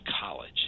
college